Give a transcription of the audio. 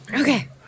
Okay